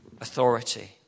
authority